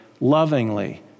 Lovingly